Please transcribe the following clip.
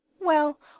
Well